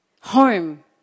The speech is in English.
home